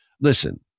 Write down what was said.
Listen